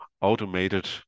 automated